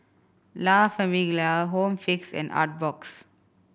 La Famiglia Home Fix and Artbox